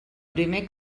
primer